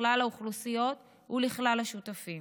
לכלל האוכלוסיות ולכלל השותפים.